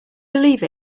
believe